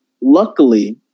luckily